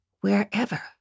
wherever